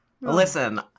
Listen